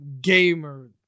gamer